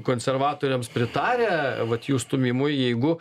konservatoriams pritarę vat jų stūmimui jeigu